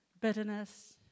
Bitterness